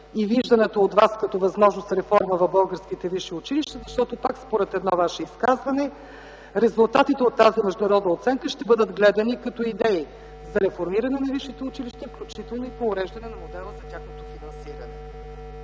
и вижданата от Вас като възможност реформа в българските висши училища, защото пак според едно Ваше изказване резултатите от тази международна оценка ще бъдат гледани като идеи за реформиране на висшите училища, включително и по уреждане на модела за тяхното финансиране?